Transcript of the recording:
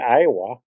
Iowa